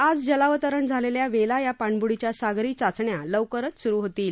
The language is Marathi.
आज जलावतरण झालेल्या वेला या पाणब्रुडीच्या सागरी चाचण्या लवकरच सुरू होतील